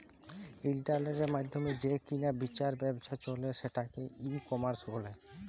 ইলটারলেটের মাইধ্যমে যে কিলা বিচার ব্যাবছা চলে সেটকে ই কমার্স ব্যলে